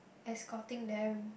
escort them